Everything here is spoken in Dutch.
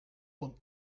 van